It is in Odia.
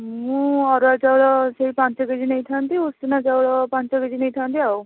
ମୁଁ ଅରୁଆ ଚାଉଳ ସେଇ ପାଞ୍ଚ କେଜି ନେଇଥାନ୍ତି ଉଷୁନା ଚାଉଳ ପାଞ୍ଚ କେଜି ନେଇଥାଆନ୍ତି ଆଉ